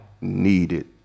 needed